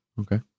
okay